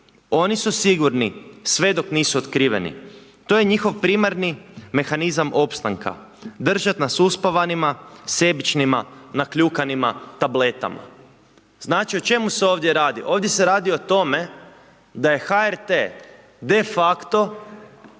oni su sigurni sve dok nisu otkriveni. To je njihov primarni mehanizam opstanka. Držat nas uspavanima, sebičnima, nakljukanima tabletama.“ Znači o čemu se ovdje radi, ovdje se radi o tome da je HRT de facto